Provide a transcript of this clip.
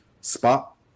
spot